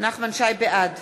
בעד